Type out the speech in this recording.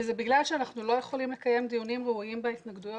וזה בגלל שאנחנו לא יכולים לקיים דיונים ראויים בהתנגדויות.